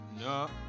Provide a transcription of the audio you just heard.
No